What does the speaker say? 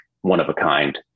one-of-a-kind